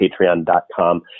patreon.com